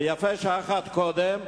ויפה שעה אחת קודם,